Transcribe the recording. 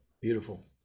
beautiful